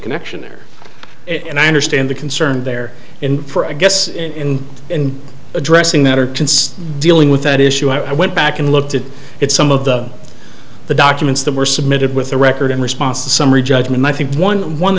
connection there and i understand the concern there in for i guess in addressing that are dealing with that issue i went back and looked at it some of the the documents that were submitted with the record in response to summary judgment i think one one